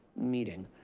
meeting.